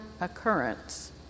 occurrence